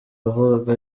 wavugaga